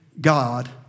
God